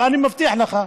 אני מבטיח לך.